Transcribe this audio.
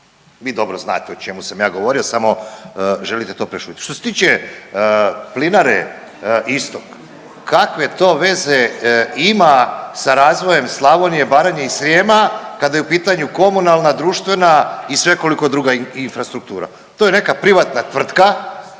Vi dobro znate o čemu sam ja govorio, samo želite to prešutjeti. Što se tiče plinare istok, kakve to veze ima sa razvojem Slavonije, Baranje i Srijema kada u pitanju komunalna, društvena i svekolika druga infrastruktura? To je neka privatna tvrtka